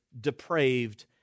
depraved